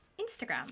Instagram